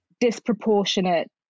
disproportionate